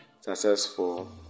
successful